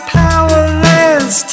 powerless